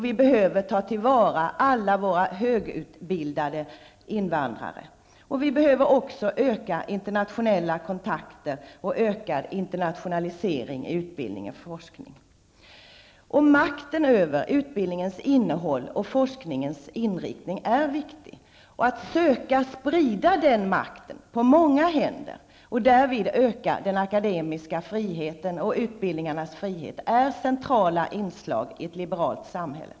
Vi behöver ta till vara alla våra högutbildade invandrare. Vi behöver också ökade internationella kontakter och en ökad internationalisering i utbildning och forskning. Makten över utbildningens innehåll och forskningens inriktning är viktig. Att söka sprida den makten på många händer, och därmed öka den akademiska friheten och utbildningarnas frihet, är centrala inslag i ett liberalt samhälle.